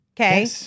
Okay